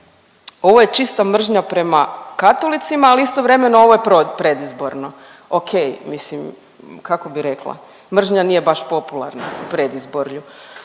ovo je čista mržnja prema katolicima, ali istovremeno ovo je predizborno. Okej, mislim kako bi rekla, mržnja nije baš popularna u predizborlju,